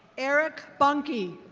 eric bunky.